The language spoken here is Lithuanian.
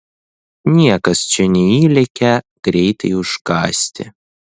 niekas čia neįlekia greitai užkąsti